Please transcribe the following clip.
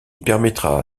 permettra